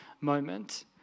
moment